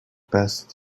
best